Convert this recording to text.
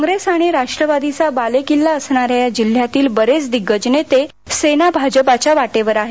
कॉंग्रेस आणि राष्ट्रवादीचा बालेकिल्ला असणा या या जिल्ह्यातील बरेच दिग्गज नेते सेना भाजपाच्या वाटेवर आहेत